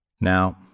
Now